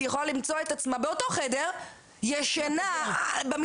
היא יכולה למצוא את עצמה באותו חדר ישנה במזרון